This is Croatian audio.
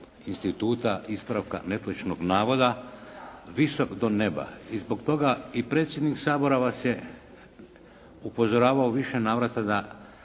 instituta ispravka netočnog navoda visok do neba i zbog toga i predsjednik Sabora vas je upozoravao u više navrata da